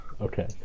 Okay